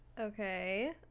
okay